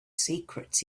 secrets